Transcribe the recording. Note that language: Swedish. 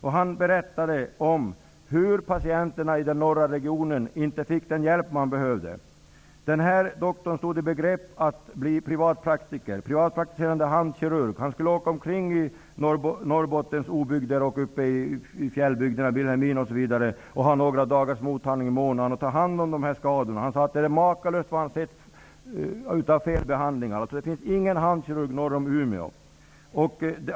Han berättade hur patienterna i den norra regionen inte fick den hjälp som de behövde. Denne doktor stod i begrepp att bli privatpraktiserande i handkirurgi. Han avsåg att åka omkring i Norrbottens obygder och fjällbygder, exempelvis Vilhelmina, med mottagning några dagar i månaden för att ta hand om handskador. Han påstod att det som han sett av felbehandlingar var makalöst. Det finns ingen handkirurgi att tillgå norr om Umeå.